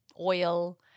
oil